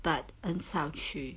but 很少去